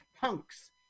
punks